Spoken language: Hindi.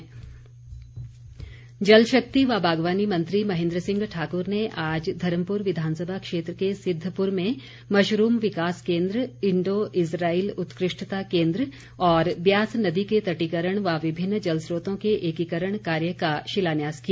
महेन्द्र सिंह जलशक्ति व बागवानी मंत्री महेन्द्र सिंह ठाकुर ने आज धर्मपुर विधानसभा क्षेत्र के सिद्धपुर में मशरूम विकास केन्द्र इंडो इजराईल उत्कृष्ठता केन्द्र और ब्यास नदी के तटीकरण व विभिन्न जलस्रोतों के एकीकरण कार्य का शिलान्यास किया